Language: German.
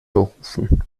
berufen